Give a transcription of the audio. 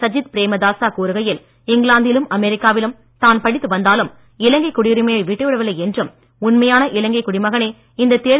சஜித் பிரேமதாசா கூறுகையில் இங்கிலாந்திலும் அமெரிக்காவிலும் தான் படித்து வந்தாலும் இலங்கை குடியுரிமையை விட்டு விடவில்லை என்றும் உண்மையான இலங்கை குடிமகனே இந்தத் தேர்தலில் வெற்றி பெறுவார் என்றார்